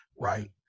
Right